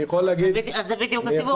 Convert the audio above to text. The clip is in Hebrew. אני יכול להגיד --- אז זה בדיוק הסיפור,